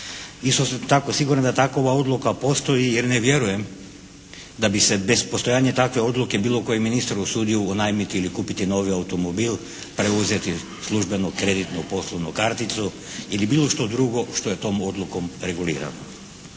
Isto sam tako siguran da takova odluka postoji jer ne vjerujem da bi se bez postojanja takve odluke bilo koji ministar usudio unajmiti ili kupiti novi automobil, preuzeti službenu kreditnu poslovnu karticu ili bilo što drugo što je tom odlukom regulirano.